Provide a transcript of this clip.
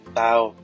tao